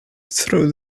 through